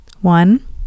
One